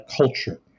culture